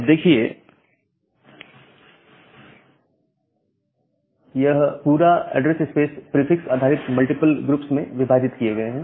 अब देखिए यह पूरा एड्रेस स्पेस प्रीफिक्स आधारित मल्टीपल ग्रुप्स में विभाजित किए गए हैं